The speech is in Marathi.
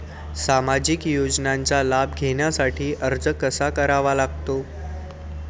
सामाजिक योजनांचा लाभ घेण्यासाठी अर्ज कसा करावा लागतो?